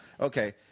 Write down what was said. okay